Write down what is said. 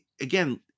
again